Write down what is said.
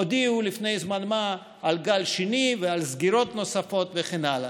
הודיעו לפני זמן מה על גל שני ועל סגירות נוספות וכן הלאה.